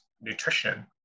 nutrition